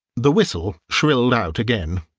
the whistle shrilled out again.